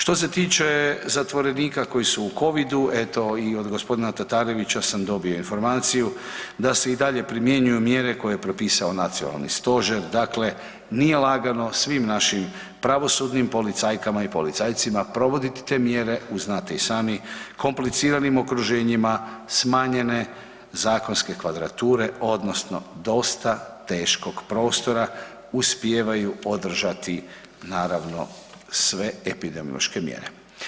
Što se tiče zatvorenika koji su u COVID-a eto i od gospodina Tatarovića sam dobio informaciju da se i dalje primjenjuju mjere koje je propisao Nacionalni stožer, dakle nije lagano svim našim pravosudnim policajkama i policajcima provoditi te mjere u znate i sami kompliciranim okruženjima smanjene zakonske kvadrature odnosno dosta teškog prostora uspijevaju održati naravno sve epidemiološke mjere.